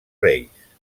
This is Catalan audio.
reis